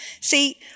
See